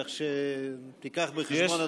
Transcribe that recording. כך שתיקח בחשבון,